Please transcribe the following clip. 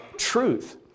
truth